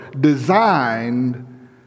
designed